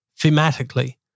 thematically